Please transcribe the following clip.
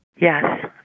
Yes